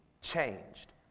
changed